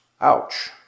Ouch